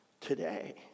today